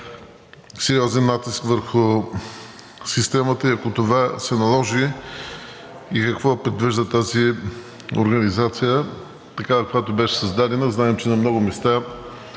по-сериозен натиск върху системата и ако това се наложи, какво предвижда тази организация, такава, каквато беше създадена? Знаем, че на много места